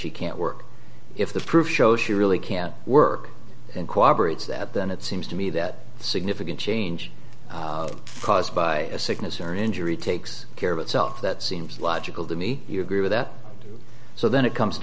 she can't work if the proof shows she really can't work and cooperate so that then it seems to me that the significant change caused by a sickness or injury takes care of itself that seems logical to me you agree with that so then it comes